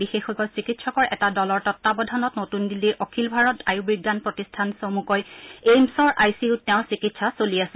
বিশেষজ্ঞ চিকিৎসকৰ এটা দলৰ তত্বাৱধানত নতুন দিল্লীৰ অখিল ভাৰত আয়ুৰ্বিজ্ঞান প্ৰতিষ্ঠান চমুকৈ এইমছৰ আই চি ইউত তেওঁৰ চিকিৎসা চলি আছিল